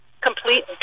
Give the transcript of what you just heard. complete